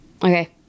Okay